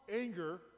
anger